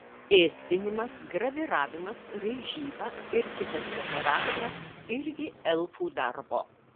ėsdinimas graviravimas raižyba ir kitas dekoravimas irgi elfų darbo